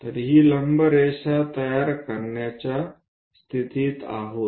तर ही लंब रेषा तयार करण्याच्या स्थितीत आहोत